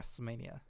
WrestleMania